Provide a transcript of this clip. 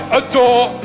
adore